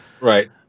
Right